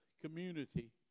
community